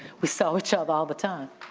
we saw each other all the time.